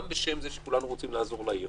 גם בשם זה שכולנו רוצים לעזור לעיר.